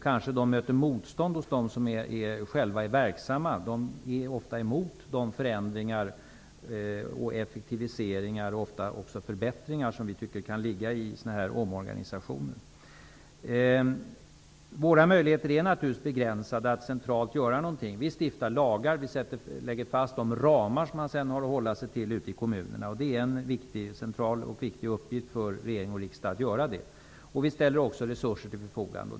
Kanske möter man motstånd hos dem som själva är verksamma. De är ofta emot de förändringar och effektiviseringar, ofta också förbättringar, som vi tycker kan ligga i sådana här omorganisationer. Våra möjligheter att centralt göra någonting är naturligtvis begränsade. Vi stiftar lagar, vi lägger fast de ramar som man sedan har att hålla sig till ute i kommunerna. Det är en central och viktig uppgift för regering och riksdag att göra detta. Vi ställer också resurser till förfogande.